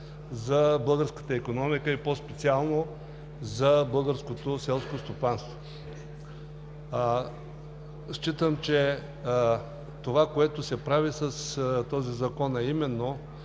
за българската икономика, и по-специално за българското селско стопанство. Считам, че това, което се прави с този Закон –